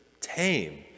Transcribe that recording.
tame